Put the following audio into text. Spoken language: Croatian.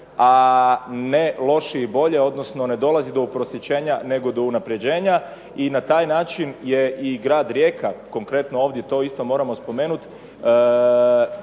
a ne lošiji bolje, odnosno ne dolazi do uprosićenja, nego do unapređenja, i na taj način je i grad Rijeka, konkretno ovdje to isto moramo spomenuti,